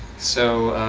so